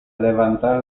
levantar